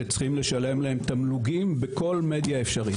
שצריכים לשלם להם תמלוגים בכל מדיה אפשרית.